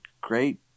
great